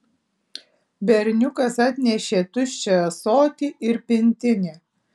berniukas atnešė tuščią ąsotį ir pintinę